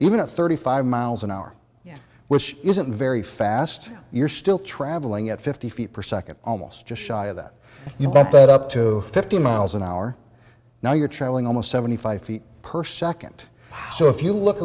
even a thirty five miles an hour which isn't very fast you're still travelling at fifty feet per second almost just shy of that you bump it up to fifty miles an hour now you're traveling almost seventy five feet per second so if you look